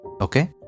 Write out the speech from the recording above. Okay